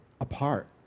apart